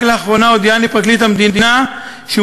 רק לאחרונה הודיעני פרקליט המדינה שהוא